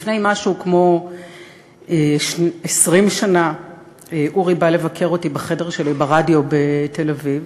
לפני משהו כמו 20 שנה אורי בא לבקר אותי בחדר שלי ברדיו בתל-אביב,